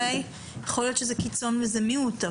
יכול להיות שזה קיצון וזה מיעוט.